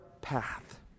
path